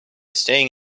staying